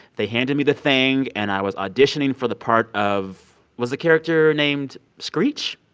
they handed me the thing, and i was auditioning for the part of was the character named screech?